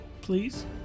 Please